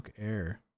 air